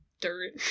dirt